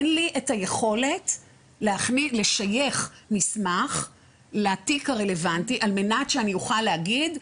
אין לי את היכולת לשייך מסמך לתיק הרלוונטי על מנת שאני אוכל להגיד,